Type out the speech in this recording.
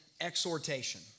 exhortation